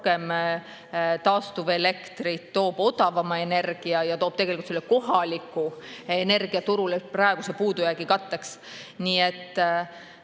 rohkem taastuvelektrit, toob odavama energia ja toob tegelikult kohaliku energia turule praeguse puudujäägi katteks. Nii et